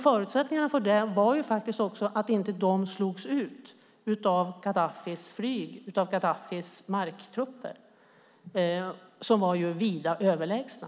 Förutsättningarna för detta var faktiskt också att man inte slogs ut av Gaddafis flyg och marktrupper som ju var vida överlägsna.